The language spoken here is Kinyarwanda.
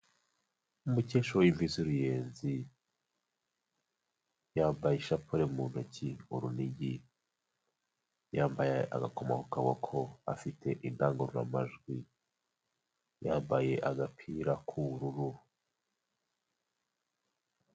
Umukecuru w'imvi z'uruyenzi, yambaye ishapure mu ntoki, urunigi, yambaye agakomo ku kaboko afite indangururamajwi, yambaye agapira k'ubururu.